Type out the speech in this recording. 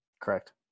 Correct